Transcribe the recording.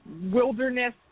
wilderness